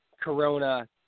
corona